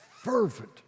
fervent